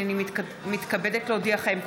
הינני מתכבדת להודיעכם,